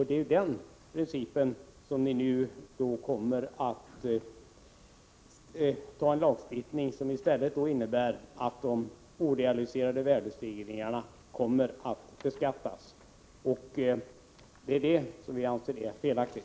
Den lagstiftning som ni nu föreslår kommer att innebära att de orealiserade värdestegringarna beskattas, och det är det som vi anser är felaktigt.